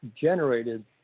generated